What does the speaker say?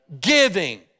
giving